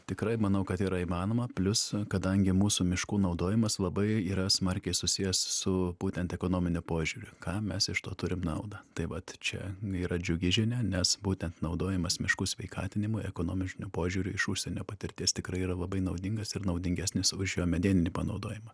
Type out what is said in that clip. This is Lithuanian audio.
tikrai manau kad yra įmanoma plius kadangi mūsų miškų naudojimas labai yra smarkiai susijęs su būtent ekonominiu požiūriu ką mes iš to turim naudą tai vat čia yra džiugi žinia nes būtent naudojimas miškų sveikatinimui ekonominiu požiūriu iš užsienio patirties tikrai yra labai naudingas ir naudingesnis už jo medianinį panaudojimą